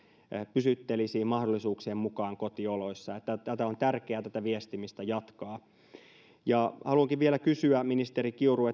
pysyttelisi mahdollisuuksien mukaan kotioloissa tätä viestimistä on tärkeää jatkaa haluankin vielä kysyä ministeri kiuru